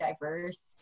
diverse